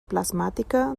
plasmàtica